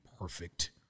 perfect